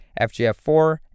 FGF4